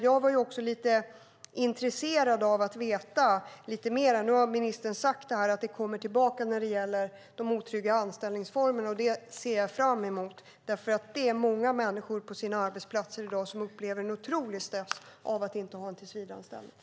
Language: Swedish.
Jag var intresserad av att få veta mer. Ministern har nu sagt att hon återkommer vad gäller de otrygga anställningsformerna. Det ser jag fram emot, för i dag är det många människor som upplever en otrolig stress av att inte ha en tillsvidareanställning.